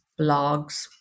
blogs